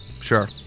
Sure